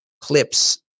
clips